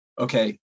Okay